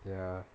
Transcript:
ya